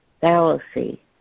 fallacy